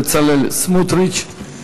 בצלאל סמוטריץ.